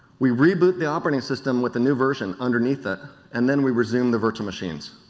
we reboot the operating system with the new version underneath it and then we resume the virtual machines.